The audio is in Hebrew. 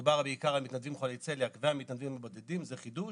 מדובר בעיקר על מתנדבים חולי צליאק והמתנדבים הבודדים - זה חידוש.